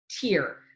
Tier